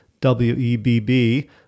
W-E-B-B